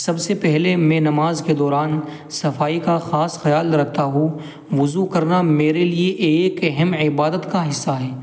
سب سے پہلے میں نماز کے دوران صفائی کا خاص خیال رکھتا ہوں وضو کرنا میرے لیے ایک اہم عبادت کا حصہ ہے